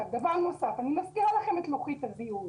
אני מזכירה לכם את לוחית הזיהוי.